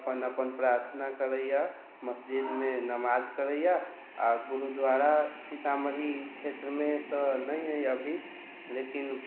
अपन अपन प्रार्थना करैए मस्जिदमे नमाज करैए आ गुरुद्वारा सीतामढ़ी क्षेत्रमे तऽ नहि अइ अभी लेकिन